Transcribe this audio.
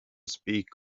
speak